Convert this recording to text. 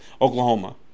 Oklahoma